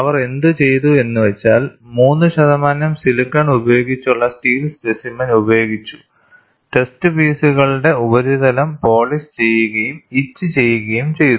അവർ എന്തു ചെയ്തു എന്നു വെച്ചാൽ 3 ശതമാനം സിലിക്കൺ ഉപയോഗിച്ചുള്ള സ്റ്റീൽ സ്പെസിമെൻ ഉപയോഗിച്ചു ടെസ്റ്റ് പീസുകളുടെ ഉപരിതലം പോളിഷ് ചെയ്യുകയും ഇച്ച് ചെയ്യുകയും ചെയ്തു